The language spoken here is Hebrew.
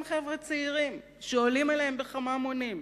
חבר'ה צעירים שעולים עליהם בכמה מונים.